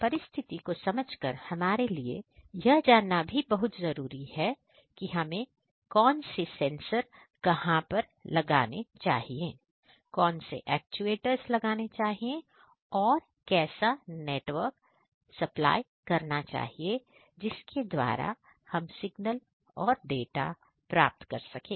परिस्थिति को समझ कर हमारे लिए यह जानना बहुत जरूरी है कि हमें कौन से सेंटर कहां पर लगाने चाहिए कौन से एक्चुएटर्स लगाने चाहिए और कैसा नेटवर्क रिप्लाई करना चाहिए जिसके द्वारा हम सिग्नल और डाटा प्राप्त कर सकते हैं